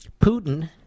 Putin